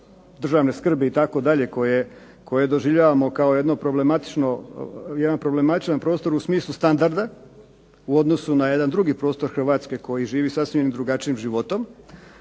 državne skrbi itd., koje doživljavamo kao jedno problematično, jedan problematičan prostor u smislu standarda, u odnosu na jedan drugi prostor Hrvatske koji živi sasvim drugačijim životom.